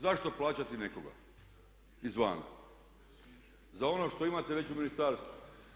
Zašto plaćati nekoga izvana za ono što imate već u ministarstvu?